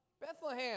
Bethlehem